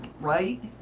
Right